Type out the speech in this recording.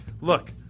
Look